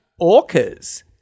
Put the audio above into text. orcas